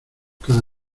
cada